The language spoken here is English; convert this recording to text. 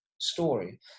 story